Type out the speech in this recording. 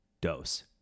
Dose